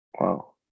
Wow